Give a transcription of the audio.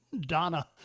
Donna